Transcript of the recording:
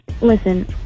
listen